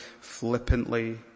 flippantly